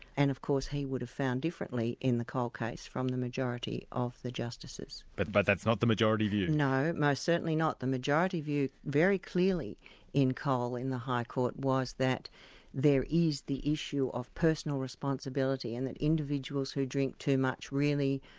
and of course, he would have found differently in the cole case from the majority of the justices. but but that's not the majority view. no, most certainly not. the majority view very clearly in cole in the high court was that there is the issue of personal responsibility and that individuals who drink too much really,